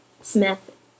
Smith